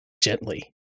gently